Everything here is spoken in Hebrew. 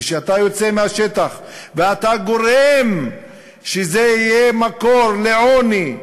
כשאתה יוצא מהשטח ואתה גורם שזה יהיה מקור לעוני,